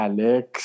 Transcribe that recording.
Alex